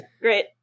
Great